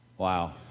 Wow